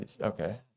Okay